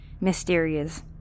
mysterious